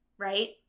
Right